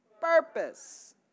purpose